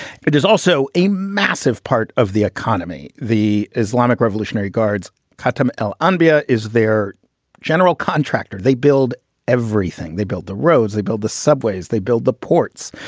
but there's also a massive part of the economy. the islamic revolutionary guards, cottam el ah nba is their general contractor. they build everything. they build the roads, they build the subways, they build the ports.